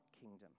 kingdom